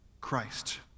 Christ